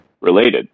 related